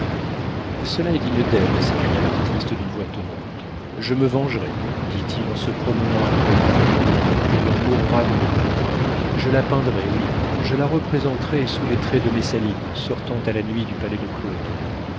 cela est digne d'elle s'écria l'artiste d'une voix tonnante je me vengerai dit-il en se promenant à grands pas elle en mourra de honte je la peindrai oui je la représenterai sous les traits de messaline sortant à la nuit du palais de claude